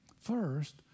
First